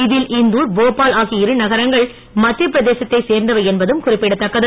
இதில் இந்தூர் போபால் ஆகிய இரு நகரங்கள் மத்திய பிரதேசத்தைச் சேர்ந்தவை என்பதும் குறிப்பிடதக்கது